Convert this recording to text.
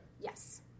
Yes